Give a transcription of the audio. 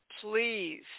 please